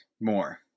more